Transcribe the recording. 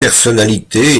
personnalité